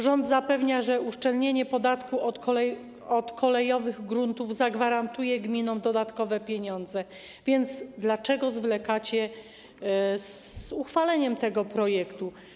Rząd zapewnia, że uszczelnienie podatku od gruntów kolejowych zagwarantuje gminom dodatkowe pieniądze, więc dlaczego zwlekacie z uchwaleniem tego projektu.